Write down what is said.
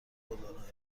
گلدانهای